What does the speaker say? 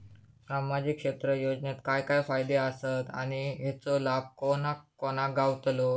सामजिक क्षेत्र योजनेत काय काय फायदे आसत आणि हेचो लाभ कोणा कोणाक गावतलो?